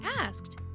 asked